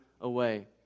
away